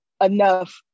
enough